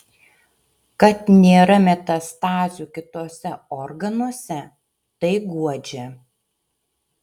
kad nėra metastazių kituose organuose tai guodžia